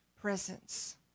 presence